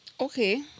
okay